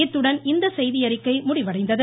இத்துடன் இந்த செய்தியநிக்கை முடிவடைந்தது